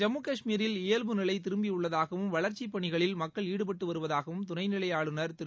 ஜம்மு கஷ்மீரில் இயவ்பு நிலை திரும்பியுள்ளதாகவும் வளர்ச்சிப் பணிகளில் மக்கள் ஈடுபட்டு வருவதாகவும் துணை நிலை ஆளுநர் திரு